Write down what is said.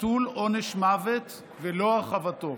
ביטול עונש מוות ולא הרחבתו.